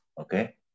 okay